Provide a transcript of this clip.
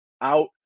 out